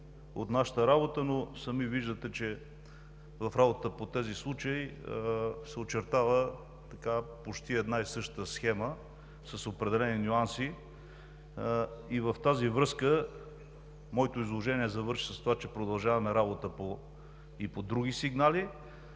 от нашата работа. Сами виждате обаче, че в работата по тях се очертава почти една и съща схема с определени нюанси. В тази връзка моето изложение завърши с това, че продължаваме работата и по други сигнали.